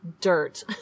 dirt